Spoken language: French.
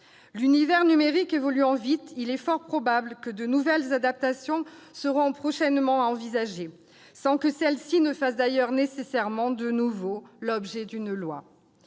L'univers numérique évoluant vite, il est fort probable que de nouvelles adaptations seront prochainement à envisager, sans que celles-ci aient d'ailleurs nécessairement à faire de nouveau l'objet d'une loi.